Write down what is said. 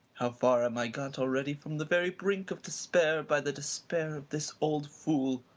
how far am i got already from the very brink of despair, by the despair of this old fool.